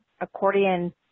accordion